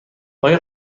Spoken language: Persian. آیا